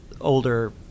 older